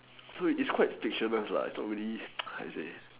so it's quite fictitious lah it's not really how to say